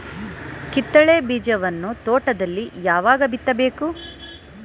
ಕಿತ್ತಳೆ ಬೀಜವನ್ನು ತೋಟದಲ್ಲಿ ಯಾವಾಗ ಬಿತ್ತಬೇಕು?